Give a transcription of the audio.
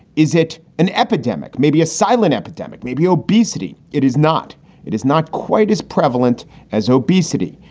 is it an epidemic? maybe a silent epidemic, maybe obesity? it is not it is not quite as prevalent as obesity,